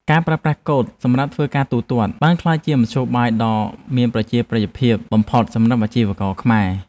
ការប្រើប្រាស់កូដសម្រាប់ធ្វើការទូទាត់បានក្លាយជាមធ្យោបាយដ៏មានប្រជាប្រិយភាពបំផុតសម្រាប់អាជីវករខ្មែរ។